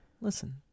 listen